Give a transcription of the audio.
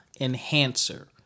enhancer